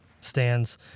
stands